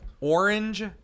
orange